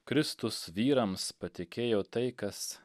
kristus vyrams patikėjo tai kas